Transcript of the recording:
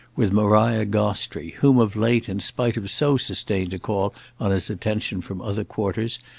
with maria gostrey, whom of late, in spite of so sustained a call on his attention from other quarters,